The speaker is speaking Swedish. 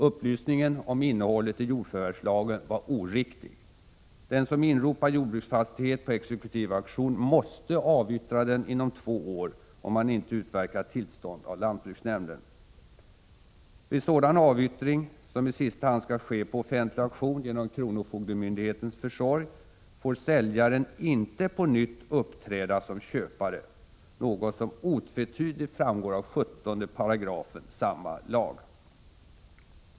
Upplysningen om innehållet i jordförvärvslagen var oriktig. Den som inropar jordbruksfastighet på exekutiv auktion måste avyttra den inom två år, om han ej utverkat tillstånd av lantbruksnämnden. Vid sådan avyttring — som i sista hand skall ske på offentlig auktion genom kronofogdemyndighetens försorg — får säljaren icke på nytt uppträda som köpare, något som otvetydigt framgår av 17 § samma lag.